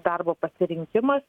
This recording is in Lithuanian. darbo pasirinkimas